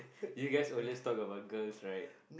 you guys always talk about girls right